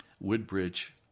Woodbridge